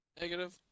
Negative